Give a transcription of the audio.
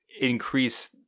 increase